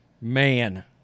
Man